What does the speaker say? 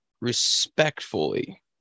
respectfully